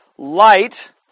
Light